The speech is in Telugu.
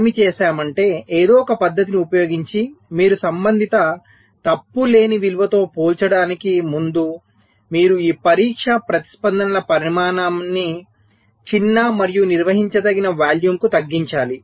ఏమి చేసామంటే ఏదో ఒక పద్దతిని ఉపయోగించి మీరు సంబంధిత తప్పు లేని విలువతో పోల్చడానికి ముందు మీరు ఈ పరీక్ష ప్రతిస్పందనల పరిమాణాన్ని చిన్న మరియు నిర్వహించదగిన వాల్యూమ్కు తగ్గించాలి